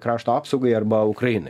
krašto apsaugai arba ukrainai